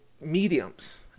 mediums